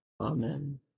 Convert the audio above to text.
Amen